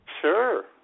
Sure